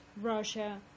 Russia